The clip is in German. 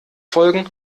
folgen